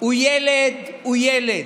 הוא ילד הוא ילד.